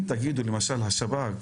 אם תגידו למשל השב"כ,